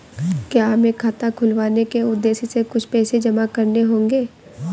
क्या हमें खाता खुलवाने के उद्देश्य से कुछ पैसे जमा करने होंगे?